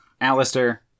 Alistair